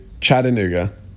Chattanooga